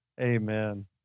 Amen